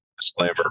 Disclaimer